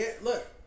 look